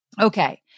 Okay